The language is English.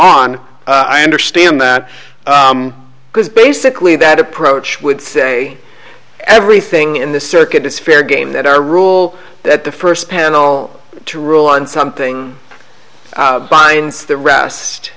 on i understand that because basically that approach would say everything in the circuit is fair game that our rule that the first panel to rule on something binds the rest